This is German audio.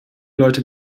leute